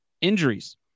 injuries